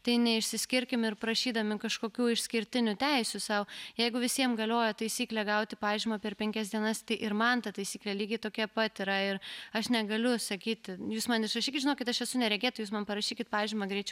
tai neišsiskirkim ir prašydami kažkokių išskirtinių teisių sau jeigu visiem galioja taisyklė gauti pažymą per penkias dienas tai ir man ta taisyklė lygiai tokia pat yra ir aš negaliu sakyti jūs man išrašykit žinokit aš esu neregė tai jūs man parašykit pažymą greičiau